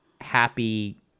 happy